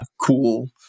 cool